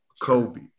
Kobe